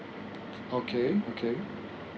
okay okay